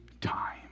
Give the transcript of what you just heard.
time